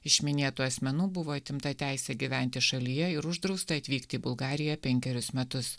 iš minėtų asmenų buvo atimta teisė gyventi šalyje ir uždrausta atvykti į bulgariją penkerius metus